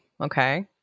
okay